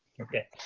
okay.